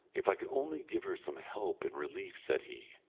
if i could only give her some help and relief, said he,